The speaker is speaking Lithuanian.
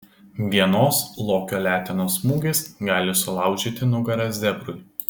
vienos lokio letenos smūgis gali sulaužyti nugarą zebrui